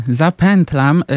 zapętlam